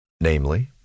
Namely